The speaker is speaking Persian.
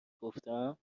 گفتم